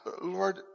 Lord